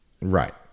right